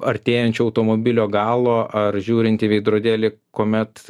artėjančio automobilio galo ar žiūrint į veidrodėlį kuomet